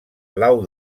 blau